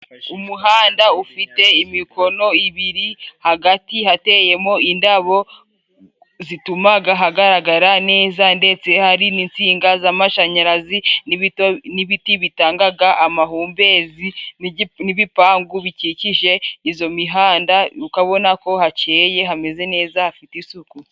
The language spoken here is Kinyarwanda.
Umuhanda ufite imikono ibiri, hagati hateyemo indabo zituma hagaragara neza, ndetse hari n'insinga z'amashanyarazi, n'ibiti bitangaga amahumbezi, n'ibipangu bikikije izo mihanda, ukabona ko hakeye hameze neza hafite isuku.